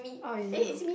oh you okay